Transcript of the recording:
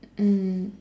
mm